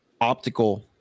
optical